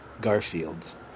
Garfield